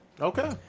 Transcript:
Okay